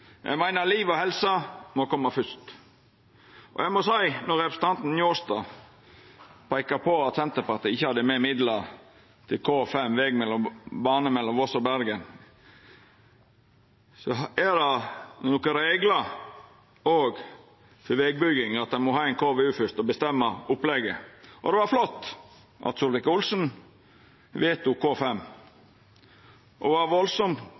Eg meiner at liv og helse må koma fyrst. Når representanten Njåstad peiker på at Senterpartiet ikkje hadde med midlar til K5, bane mellom Voss og Bergen, må eg seia at det òg er nokre reglar for vegbygging, og at ein må ha ein KVU fyrst og bestemma opplegget. Då var det flott at Solvik-Olsen vedtok K5, og det var veldig kor kjapt anlegget skulle koma i gang. Men så var